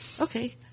Okay